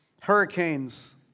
hurricanes